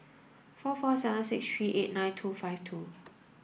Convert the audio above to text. four four seven six three eight nine two five two